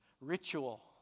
Ritual